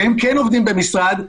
שהם כן עובדים במשרד,